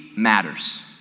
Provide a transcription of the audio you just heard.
matters